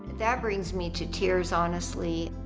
that brings me to tears honestly.